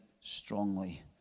strongly